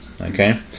okay